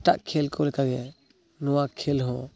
ᱮᱴᱟᱜ ᱠᱷᱮᱞ ᱠᱚ ᱞᱮᱠᱟᱜᱮ ᱱᱚᱣᱟ ᱠᱷᱮᱞᱦᱚᱸ